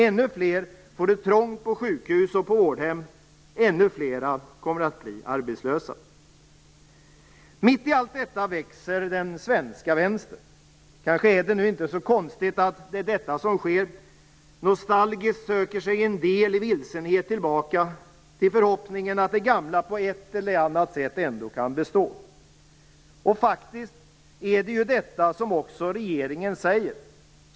Ännu fler får det trångt på sjukhus och vårdhem. Ännu fler kommer att bli arbetslösa. Mitt i allt detta växer den svenska vänstern. Kanske är det inte så konstigt att det är detta som sker. Nostalgiskt söker sig en del i vilsenhet tillbaka till förhoppningen att det gamla på ett eller annat sätt ändå kan bestå. Och faktiskt är det ju detta som också regeringen säger.